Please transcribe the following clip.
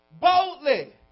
boldly